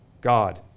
God